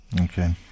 Okay